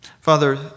Father